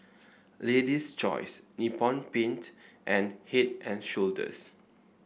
Lady's Choice Nippon Paint and Head And Shoulders